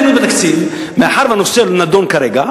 מאחר שהנושא נדון כרגע,